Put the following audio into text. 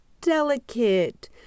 delicate